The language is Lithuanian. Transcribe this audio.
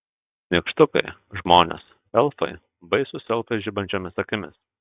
nykštukai žmonės elfai baisūs elfai žibančiomis akimis